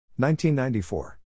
1994